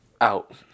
Out